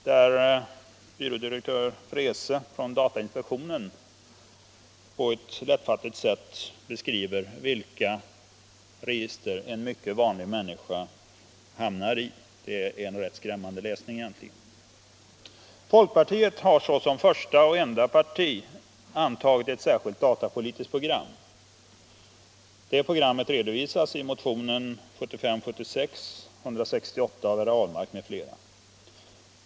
Där beskriver byråchef Frecsce från datainspektionen på ett lättfattligt sätt vilka register en rätt vanlig människa hamnar i. En ganska skrämmande läsning! Folkpartiet har såsom första och enda parti antagit ett särskilt datapolitiskt program. Det redovisas i motionen 1975/76:168 av herr Ahlmark m.fl.